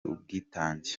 ubwitange